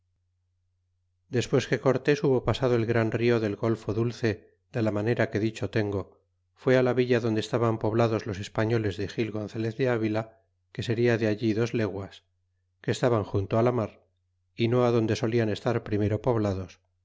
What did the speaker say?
despues que cortés hubo pasado el gran rio del golfo dulce de la manera que dicho tengo fu á la villa donde estaban poblados los españoles de gil gonzalez de avila que seria de allí dos leguas qué estaban junto la mar y no adonde solian estar primero poblados